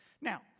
Now